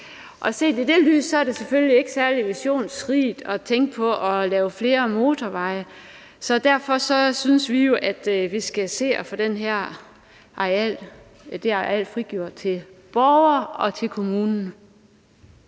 Set i det lys er det selvfølgelig ikke særlig visionsrigt at tænke på at lave flere motorveje. Derfor synes vi jo, at vi skal se at få det her areal frigjort til borgere og til kommunen.